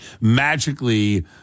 magically